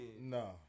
No